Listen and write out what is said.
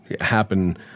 happen